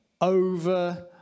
over